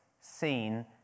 seen